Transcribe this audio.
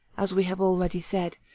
as we have already said,